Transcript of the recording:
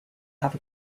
have